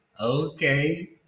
Okay